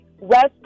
west